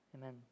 Amen